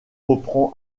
reprend